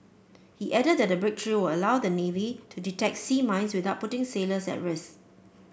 he added that the breakthrough will allow the navy to detect sea mines without putting sailors at risk